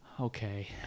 Okay